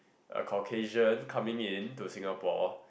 a Caucasian coming in to Singapore